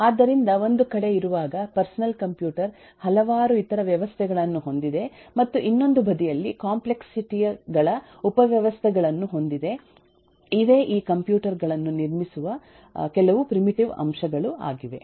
ಆದ್ದರಿಂದ ಒಂದು ಕಡೆ ಇರುವಾಗ ಪರ್ಸನಲ್ ಕಂಪ್ಯೂಟರ್ ಹಲವಾರು ಇತರ ವ್ಯವಸ್ಥೆಗಳನ್ನು ಹೊಂದಿದೆ ಮತ್ತು ಇನ್ನೊಂದು ಬದಿಯಲ್ಲಿ ಕಾಂಪ್ಲೆಕ್ಸಿಟಿ ಗಳ ಉಪವ್ಯವಸ್ಥೆಗಳನ್ನು ಹೊಂದಿದೆ ಇವೆ ಈ ಕಂಪ್ಯೂಟರ್ಗಳನ್ನು ನಿರ್ಮಿಸಿರುವ ಕೆಲವು ಪ್ರಿಮಿಟಿವ್ ಅಂಶಗಳು ಆಗಿವೆ